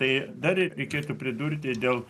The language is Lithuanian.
tai dar ir reikėtų pridurti dėl